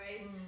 right